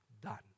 done